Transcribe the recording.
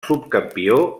subcampió